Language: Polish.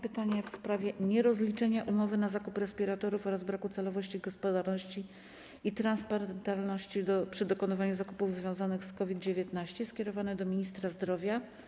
Pytanie w sprawie nierozliczenia umowy na zakup respiratorów oraz braku celowości, gospodarności i transparentności przy dokonywaniu zakupów związanych z COVID-19 - skierowane do ministra zdrowia.